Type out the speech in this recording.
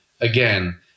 again